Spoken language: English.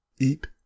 Eat